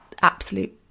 absolute